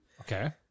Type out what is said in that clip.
Okay